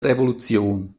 revolution